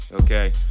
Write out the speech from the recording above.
Okay